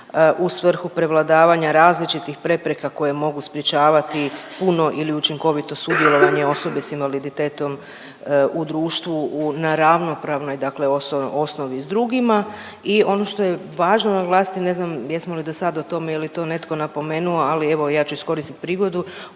u svrhu prevladavanja različitih prepreka koje mogu sprječavati puno ili učinkovito sudjelovanje osobe s invaliditetom u društvu u, na ravnopravnoj dakle osnovi s drugima i ono što je važno naglasiti, ne znam jesmo li do sad o tome, je li to netko napomenuo, ali evo ja ću iskoristiti prihodu,